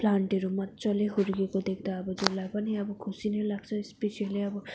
प्लान्टहरू मजाले हुर्किएको देख्दा जसलाई पनि अब खुसी नै लाग्छ स्पेसियली अब